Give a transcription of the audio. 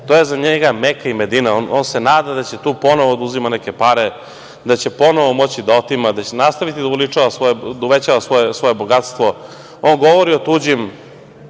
To je za njega Meka i Medina. On se nada da će tu ponovo da uzima neke pare, da će ponovo moći da otima, da će nastaviti da uvećava svoje bogatstvo. On govori o tuđim